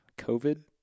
COVID